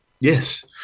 Yes